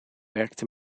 werkte